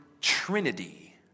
Trinity